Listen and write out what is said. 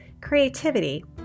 creativity